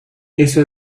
eso